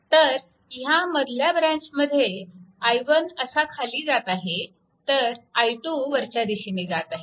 तर ह्या मधल्या ब्रँचमध्ये i1 असा खाली जात आहे तर i2 वरच्या दिशेने जात आहे